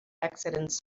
accidents